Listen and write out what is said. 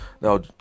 Now